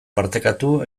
partekatu